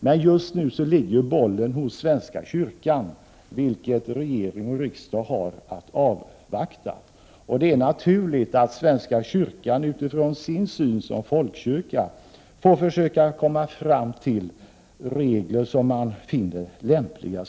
Men just nu ligger bollen hos svenska kyrkan, och regering och riksdag har att avvakta. Det är naturligt att svenska kyrkan utifrån sin syn som folkkyrka får försöka komma fram till regler som den finner lämpliga.